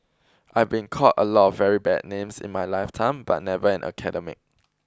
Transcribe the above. I've been called a lot of very bad names in my lifetime but never an academic